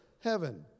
heaven